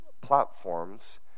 platforms